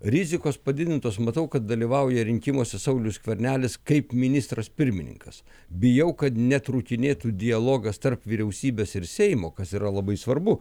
rizikos padidintos matau kad dalyvauja rinkimuose saulius skvernelis kaip ministras pirmininkas bijau kad netrūkinėtų dialogas tarp vyriausybės ir seimo kas yra labai svarbu